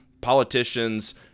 politicians